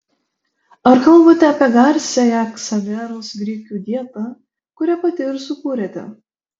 ar kalbate apie garsiąją ksaveros grikių dietą kurią pati ir sukūrėte